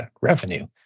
revenue